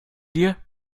dir